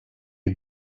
you